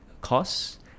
costs